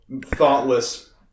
thoughtless